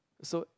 so